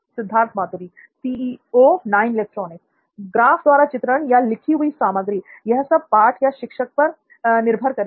Siddharth Maturi graph द्वारा चित्रण या लिखी हुई सामग्री यह सब पाठ या शिक्षक पर निर्भर होगा